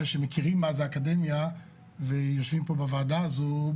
שמכירים מה זה אקדמיה ויושבים פה בוועדה הזו.